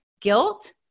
guilt